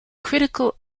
critical